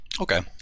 Okay